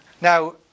Now